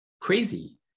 crazy